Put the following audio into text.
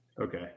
Okay